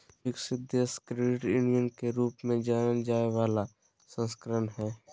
विकसित देश मे क्रेडिट यूनियन के रूप में जानल जाय बला संस्करण हइ